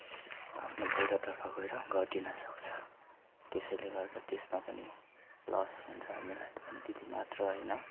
आफ्नो बजारतर्फ गएर घटिन सक्छ त्यसैले गर्दा त्यसमा पनि लस हुन्छ हामीलाई अनि त्यति मात्र होइन